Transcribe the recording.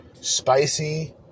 Spicy